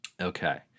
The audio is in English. okay